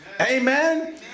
Amen